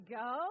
go